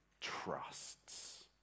trusts